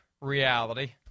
reality